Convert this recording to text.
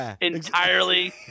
entirely